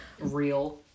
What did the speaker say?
Real